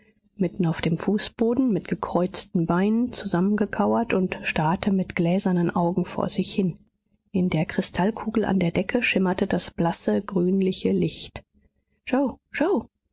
mitten auf dem fußboden mit gekreuzten beinen zusammengekauert und starrte mit gläsernen augen vor sich hin in der kristallkugel an der decke schimmerte das blasse grünliche licht